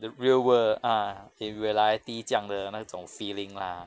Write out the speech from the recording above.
the real world ah in reality 这样的那种 feeling lah